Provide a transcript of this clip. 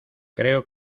creo